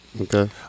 Okay